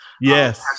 yes